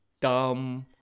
dumb